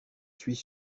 suis